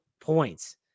points